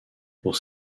pour